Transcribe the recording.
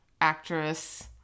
actress